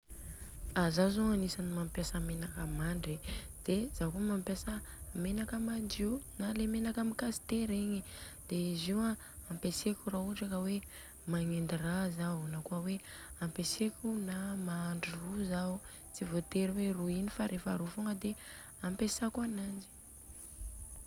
A zaho zô agnisany mampiasa menaka mandry. De zaho kôa mampiasa menaka madio na le menaka amin'ny kaste regny. De izy Io ampeseko ra ohatra ka hoe magnedy ra zao na kôa hoe mahandro ro zao. Tsy vôtery hoe ro ino fa ra rehefa ro fogna de ampesako ananjy.